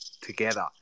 together